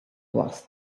was